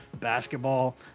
basketball